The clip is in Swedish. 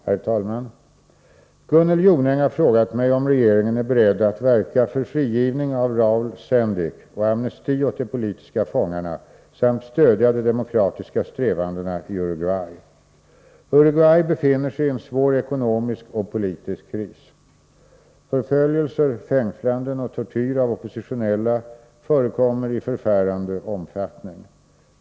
Herr talman! Gunnel Jonäng har frågat mig om regeringen är beredd att verka för frigivning av Raul Sendic och amnesti åt de politiska fångarna samt stödja de demokratiska strävandena i Uruguay. Uruguay befinner sig i en svår ekonomisk och politisk kris. Förföljelser, fängslanden och tortyr av oppositionella förekommer i förfärande omfattning.